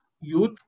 youth